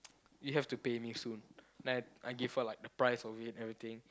you have to pay me soon and then I gave her like the price of it everything